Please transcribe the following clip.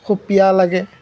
খুব পিয়াহ লাগে